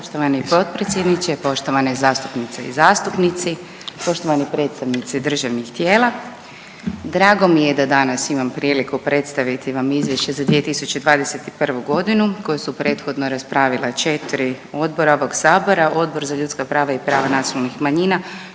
Poštovani potpredsjedniče, poštovane zastupnice i zastupnici, poštovani predstavnici državnih tijela. Drago mi je da danas imam priliku predstaviti vam izvješće za 2021. godinu koje su prethodno raspravila četiri odbora ovog Sabora – Odbor za ljudska prava i prava nacionalnih manjina